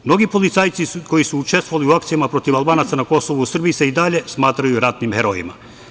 Mnogi policajci koji su učestvovali u akcijama protiv Albanaca na Kosovu u Srbiji se i dalje smatraju ratnim herojima.